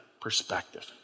perspective